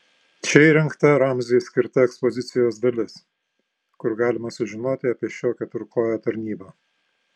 čia įrengta ramziui skirta ekspozicijos dalis kur galima sužinoti apie šio keturkojo tarnybą